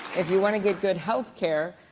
if you want to get good health care,